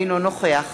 אינו נוכח